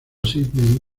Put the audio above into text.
sídney